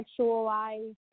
sexualized